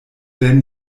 werden